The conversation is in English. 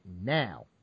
now